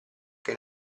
che